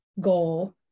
goal